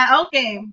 okay